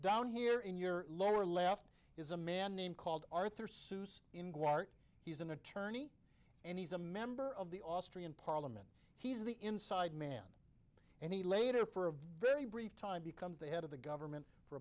down here in your lower left is a man named called arthur sues in guar he's an attorney and he's a member of the austrian parliament he's the inside man and he later for a very brief time becomes the head of the government for